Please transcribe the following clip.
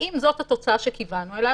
האם זאת התוצאה שכיוונו אליה?